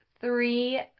three